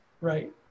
Right